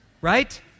right